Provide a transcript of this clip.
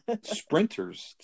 sprinters